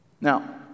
Now